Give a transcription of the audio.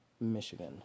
Michigan